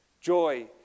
Joy